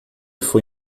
foi